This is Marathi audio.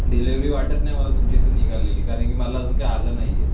डिलिवरी वाटत नाही मला तुमच्या इथून निघालेली कारण की मला अजून काही आलं नाही आहे